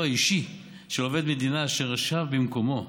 האישי של עובד מדינה אשר ישב במקומו.